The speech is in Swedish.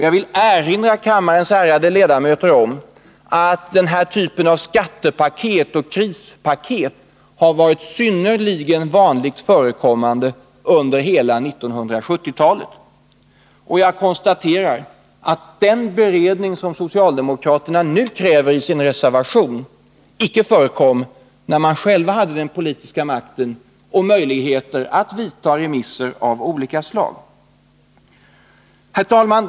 Jag vill erinra kammarens ärade ledamöter om att denna typ av skattepaket och krispaket har varit synnerligen vanligt förekommande under hela 1970-talet. Och den beredning som socialdemokraterna nu kräver i sin reservation förekom icke när de själva hade den politiska makten och möjligheten att utnyttja olika slag av remissförfaranden. Herr talman!